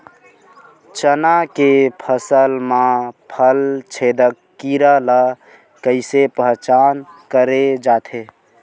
चना के फसल म फल छेदक कीरा ल कइसे पहचान करे जाथे?